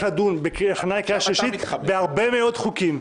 לדון בהכנה לקריאה שלישית בהרבה מאוד חוקים.